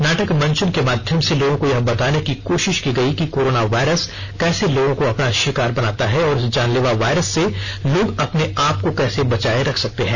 नाटक मंच न के माध्यम से लोगों को यह बताने की कोशिश की गयी कि कोरोना वायरस कैसे लोगों को अपना शिकार बनाता है और इस जानलेवा वायरस से लोग अपने आप को कैसे बचाए रख सकते है